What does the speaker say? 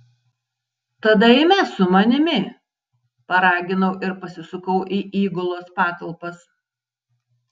tada eime su manimi paraginau ir pasisukau į įgulos patalpas